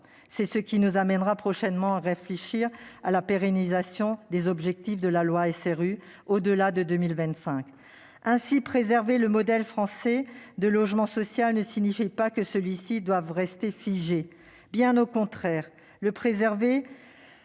C'est ce qui nous amènera prochainement à réfléchir à la pérennisation des objectifs de la loi SRU au-delà de 2025. Ainsi, préserver le modèle français du logement social ne signifie pas que celui-ci doive rester figé. Bien au contraire ! Le préserver,